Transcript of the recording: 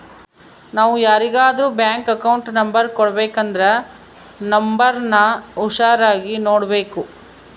ನಾವು ಯಾರಿಗಾದ್ರೂ bank account number ಕೊಡಬೇಕಂದ್ರ ನೋಂಬರ್ನ ಹುಷಾರಾಗಿ ನೋಡ್ಬೇಕು